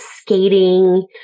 skating